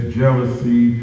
jealousy